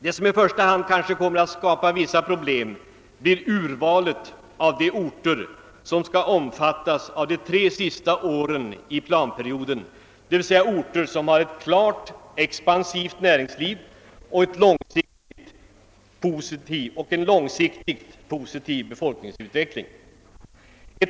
Vad som i första hand kanske kommer att skapa vissa problem blir urvalet av de orter som skall omfattas av åtgärderna under de tre sista åren av planperioden, d. v. s. orter som har ett klart expansivt näringsliv och en långsiktig positiv befolkningsutveckling.